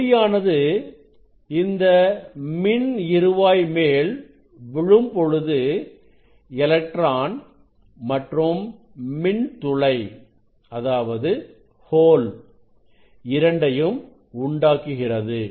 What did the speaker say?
ஒளியானது இந்த மின் இருவாய் மேல் விழும் பொழுது எலக்ட்ரான் மற்றும் மின்துளை இரண்டையும் உண்டாக்குகிறது